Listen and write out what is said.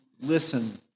listen